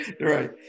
Right